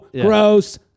gross